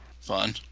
fun